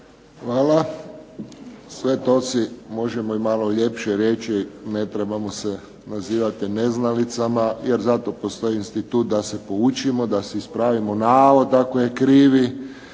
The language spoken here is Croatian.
Hvala. Sve to si malo možemo ljepše reći. Ne moramo se nazivati neznalicama, jer zato postoji institut da se poučimo, da si ispravimo navod ako je krivi,